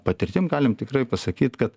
patirtim galim tikrai pasakyt kad